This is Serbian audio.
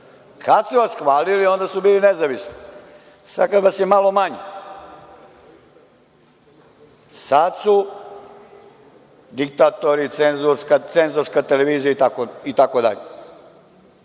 Kad su vas hvalili, onda su bili nezavisni. Sad kad vas je malo manje, sad su diktatori, cenzorska televizija itd.